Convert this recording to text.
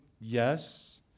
yes